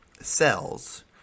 cells